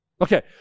Okay